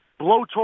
blowtorch